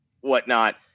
whatnot